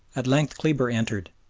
at length kleber entered,